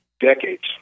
decades